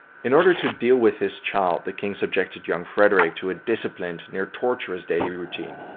in order to deal with his child, the king subjected young frederick to a disciplined, near torturous, daily routine.